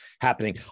happening